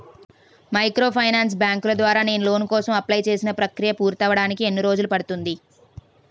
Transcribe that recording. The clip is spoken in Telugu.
మైక్రోఫైనాన్స్ బ్యాంకుల ద్వారా నేను లోన్ కోసం అప్లయ్ చేసిన ప్రక్రియ పూర్తవడానికి ఎన్ని రోజులు పడుతుంది?